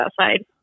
outside